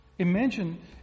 Imagine